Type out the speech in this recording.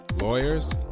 lawyers